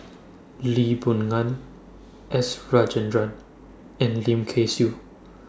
Lee Boon Ngan S Rajendran and Lim Kay Siu